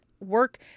work